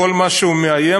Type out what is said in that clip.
כל מה שהוא מאיים,